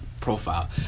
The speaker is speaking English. profile